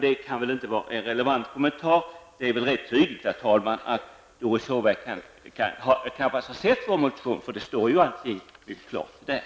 Det kan väl inte vara en relevant kommentar. Det är väl rätt tydligt, herr talman, att Doris Håvik knappast sett vår motion, för allting står klart och tydligt där.